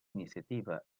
iniciativa